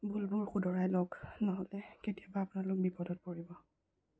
ভুলবোৰ শুধৰাই লওক নহ'লে কেতিয়াবা আপোনালোক বিপদত পৰিব